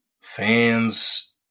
fans